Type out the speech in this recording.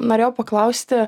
norėjau paklausti